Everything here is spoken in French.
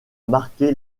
marqué